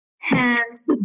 hands